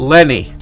Lenny